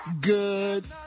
good